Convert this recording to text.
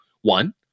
one